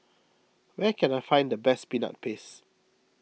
where can I find the best Peanut Paste